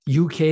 UK